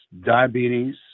diabetes